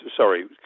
sorry